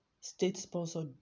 state-sponsored